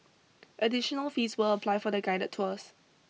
additional fees will apply for the guided tours